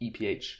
EPH